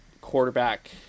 quarterback